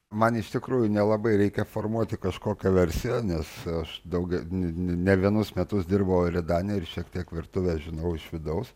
man iš tikrųjų nelabai reikia formuoti kažkokią versiją nes aš daug ne vienus metus dirbau ir į daniją ir šiek tiek virtuvę žinau iš vidaus